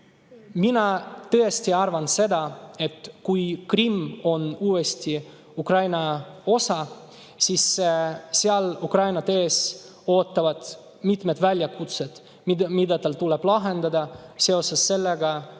tõesti arvan seda, et kui Krimm on uuesti Ukraina osa, siis ootavad Ukrainat ees mitmed väljakutsed, mida tal tuleb lahendada seoses sellega, kuidas